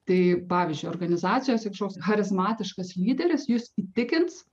tai pavyzdžiui organizacijose kažkoks charizmatiškas lyderis jus įtikins